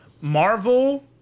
Marvel